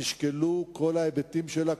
שנשקלו כל ההיבטים שלה,